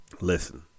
listen